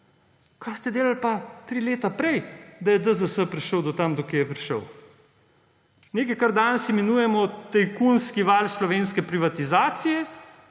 Kaj ste delali pa tri leta prej, da je DZS prišel do tja, do koder je prišel? Nekaj, kar danes imenujemo tajkunski val slovenske privatizacije,